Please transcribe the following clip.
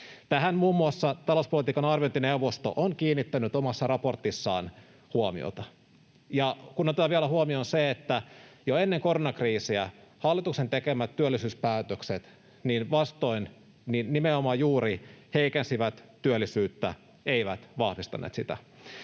Tähän muun muassa talouspolitiikan arviointineuvosto on kiinnittänyt omassa raportissaan huomiota. Ja otetaan vielä huomioon se, että jo ennen koronakriisiä hallituksen tekemät työllisyyspäätökset päinvastoin nimenomaan juuri heikensivät työllisyyttä, eivät vahvistaneet sitä.